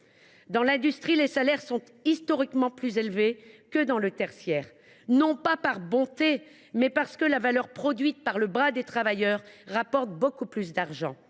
Dans l’industrie, les salaires sont historiquement plus élevés que dans le tertiaire, non pas par bonté, mais parce que la valeur produite par les bras des travailleurs rapporte beaucoup plus d’argent.